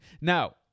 Now